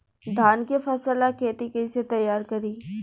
धान के फ़सल ला खेती कइसे तैयार करी?